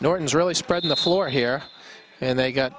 nortons really spreading the floor here and they got